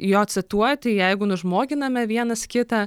jo cituoti jeigu nužmoginame vienas kitą